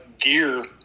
gear